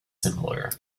similar